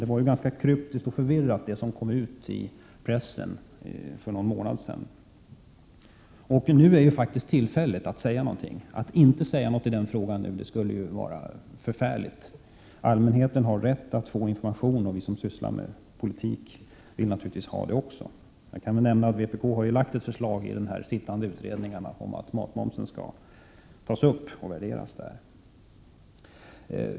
Det besked som kom ut i pressen för någon månad sedan var ju ganska kryptiskt och förvirrat. Nu är faktiskt tillfället att säga något. Att inte säga någonting i den frågan nu skulle vara förfärligt — allmänheten har rätt att få information, och vi som sysslar med politik vill naturligtvis också ha information. Jag kan nämna att vpk har lagt fram ett förslag i den sittande utredningen om att frågan om matmomsen skall tas upp där.